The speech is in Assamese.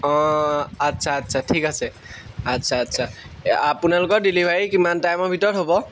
অঁ আচ্ছা আচ্ছা ঠিক আছে আচ্ছা আচ্ছা এই আপোনালোকৰ ডেলিভাৰী কিমান টাইমৰ ভিতৰত হ'ব